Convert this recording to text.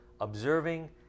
observing